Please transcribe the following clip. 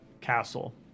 castle